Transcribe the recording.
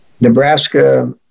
Nebraska